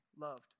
loved